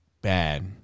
bad